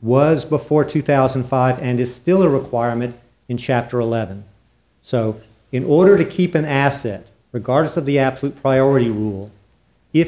was before two thousand and five and is still a requirement in chapter eleven so in order to keep an asset regardless of the absolute priority rule if